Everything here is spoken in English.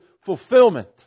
fulfillment